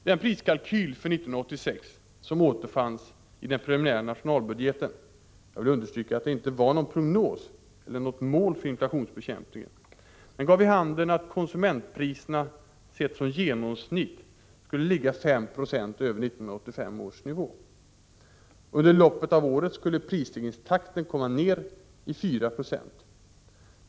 Den priskalkyl för 1986 som återfanns i den preliminära nationalbudgeten — jag vill understryka att det inte var någon prognos eller något mål för inflationsbekämpningen — gav vid handen att konsumentpriserna, sett som genomsnitt, skulle ligga 5 90 över 1985 års nivå. Under loppet av året skulle prisstegringstakten komma ned i 4 20.